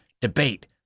debate